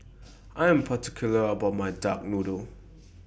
I Am particular about My Duck Noodle